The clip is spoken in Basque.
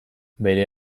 bere